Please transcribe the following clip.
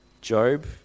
Job